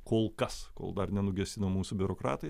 kol kas kol dar nenugesino mūsų biurokratai